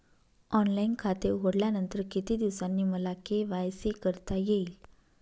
Online खाते उघडल्यानंतर किती दिवसांनी मला के.वाय.सी करता येईल?